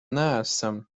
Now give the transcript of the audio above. neesam